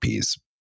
Ps